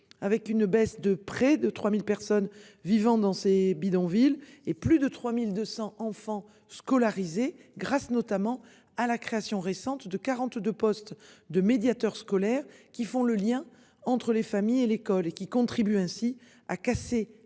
avec une baisse de près de 3000 personnes vivant dans ces bidonvilles et plus de 3200 enfants scolarisés grâce notamment à la création récente de 42 postes de médiateurs scolaires qui font le lien entre les familles et l'école et qui contribue ainsi à casser